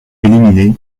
éliminé